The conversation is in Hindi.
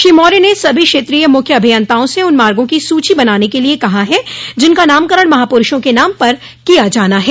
श्री मौर्य ने सभी क्षेत्रीय मुख्य अभियंताओं से उन मार्गो की सूची बनाने के लिए कहा है जिनका नामकरण महापुरूषों के नाम पर किया जाना है